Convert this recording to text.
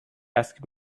asked